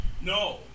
No